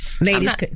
Ladies